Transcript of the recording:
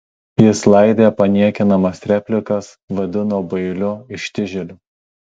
jis laidė paniekinamas replikas vadino bailiu ištižėliu